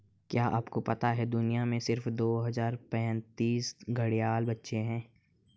क्या आपको पता है दुनिया में सिर्फ दो सौ पैंतीस घड़ियाल बचे है?